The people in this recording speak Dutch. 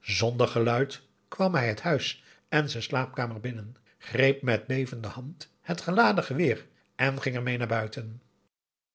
zonder geluid kwam hij het huis en z'n slaapkamer binnen greep met bevende hand het geladen geweer en ging ermee naar buiten